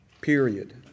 period